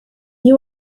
you